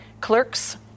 clerks